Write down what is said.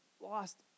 lost